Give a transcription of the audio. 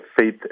Faith